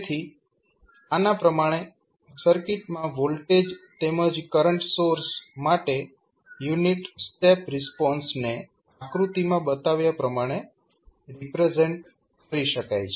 તેથી આના પ્રમાણે સર્કિટમાં વોલ્ટેજ તેમજ કરંટ સોર્સ માટે યુનિટ સ્ટેપ રિસ્પોન્સને આકૃતિમાં બતાવ્યા પ્રમાણે રિપ્રેઝેન્ટ કરી શકાય છે